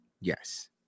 Yes